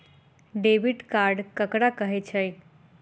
Debit card ककरा कहै छै?